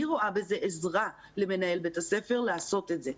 אני רואה בזה עזרה למנהל בית הספר לעשות את זה.